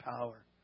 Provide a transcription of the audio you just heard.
power